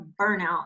burnout